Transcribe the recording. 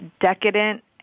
decadent